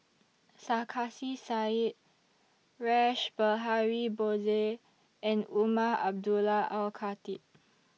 Sarkasi Said Rash Behari Bose and Umar Abdullah Al Khatib